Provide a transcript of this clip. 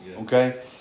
Okay